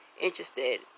interested